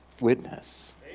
witness